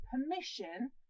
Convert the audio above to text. permission